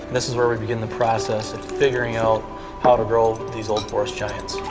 this is where we begin the process of figuring out how to grow these old forest giants.